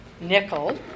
Nickel